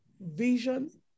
vision